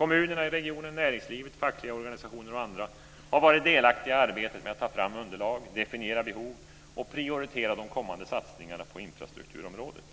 Kommunerna i regionen, näringslivet, fackliga organisationer och andra har varit delaktiga i arbetet med att ta fram underlag, definiera behov och prioritera de kommande satsningarna på infrastrukturområdet.